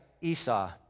Esau